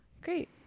Great